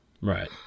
right